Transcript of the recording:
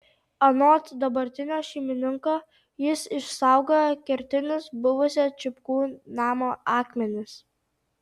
anot dabartinio šeimininko jis išsaugojo kertinius buvusio čipkų namo akmenis